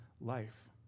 life